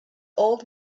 old